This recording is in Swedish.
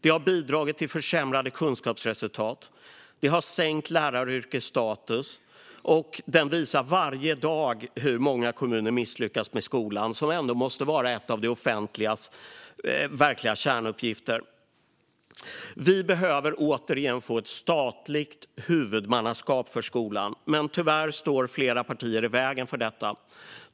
Den har bidragit till försämrade kunskapsresultat och sänkt läraryrkets status. Den visar varje dag hur många kommuner misslyckats med skolan, som ändå måste vara en av de verkliga kärnuppgifterna för det offentliga. Vi behöver återigen få ett statligt huvudmannaskap för skolan, men tyvärr står flera partier i vägen för detta.